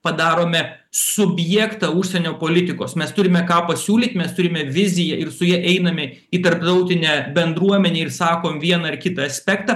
padarome subjektą užsienio politikos mes turime ką pasiūlyt mes turime viziją ir su ja einame į tarptautinę bendruomenę ir sakom vieną ar kitą aspektą